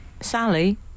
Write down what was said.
Sally